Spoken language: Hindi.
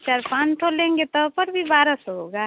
चार पाँच ठो लेंगे तब पर भी बारह सौ होगा